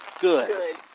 good